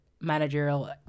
managerial